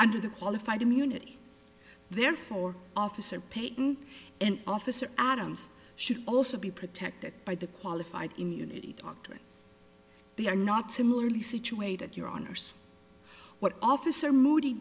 under the qualified immunity therefore officer payton and officer adams should also be protected by the qualified immunity doctrine they are not similarly situated your honour's what officer moody